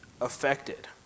affected